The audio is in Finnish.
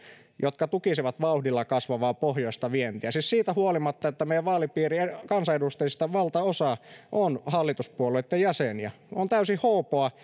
jotka tukisivat vauhdilla kasvavaa pohjoista vientiä siis siitä huolimatta että meidän vaalipiiriemme kansanedustajista valtaosa on hallituspuolueitten jäseniä on täysin hoopoa